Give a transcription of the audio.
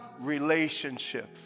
relationship